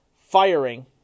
firing